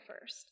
first